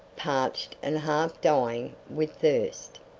parched and half-dying with thirst.